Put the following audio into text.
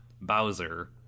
Bowser